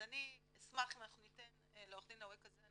אני אשמח אם עו"ד אווקה זנה